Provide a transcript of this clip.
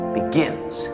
begins